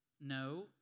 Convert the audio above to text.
No